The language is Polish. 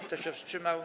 Kto się wstrzymał?